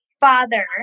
father